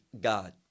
god